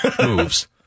...moves